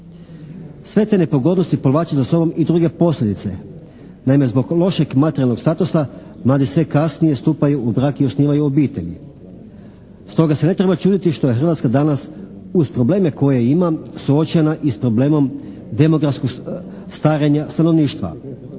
Sve te nepogodnosti povlače za sobom i druge posljedice. Naime, zbog lošeg materijalnog statusa mladi sve kasnije stupaju u brak i osnivaju obitelji. Stoga se ne treba čuditi što je Hrvatska danas uz probleme koje imam suočena i s problemom demografskog starenja stanovništva.